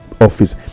office